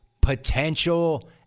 potential